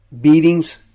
beatings